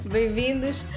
Bem-vindos